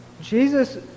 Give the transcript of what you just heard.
Jesus